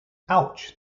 ouch